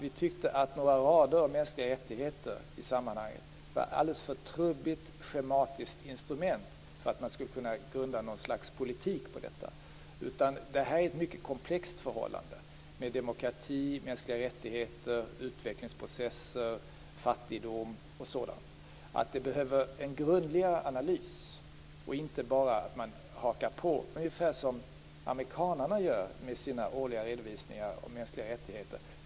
Vi tyckte att några rader om mänskliga rättigheter i sammanhanget var ett alldeles för trubbigt, schematiskt instrument för att man skulle kunna grunda någon slags politik på detta. Det här är ett mycket komplext förhållande med demokrati, mänskliga rättigheter, utvecklingsprocesser, fattigdom och sådant. Det behövs en grundligare analys. Det räcker inte att man bara hakar på ungefär som amerikanarna gör med sina årliga redovisningar av mänskliga rättigheter.